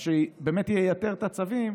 מה שבאמת ייתר את הצווים,